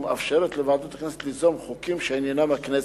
ומאפשרת לוועדת הכנסת ליזום חוקים שעניינם הכנסת.